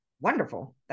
Wonderful